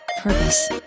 purpose